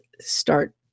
start